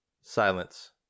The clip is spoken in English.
Silence